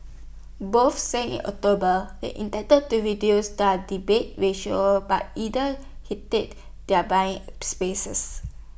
both said in October they intended to reduce their debate ratio but either hated their buying spaces